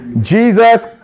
Jesus